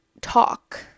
talk